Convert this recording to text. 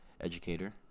educator